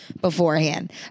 beforehand